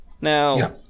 Now